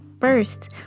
first